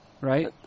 right